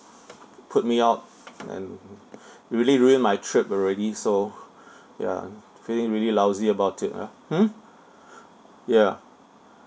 put me out and really ruined my trip already so ya I'm feeling really lousy about it ah hmm yeah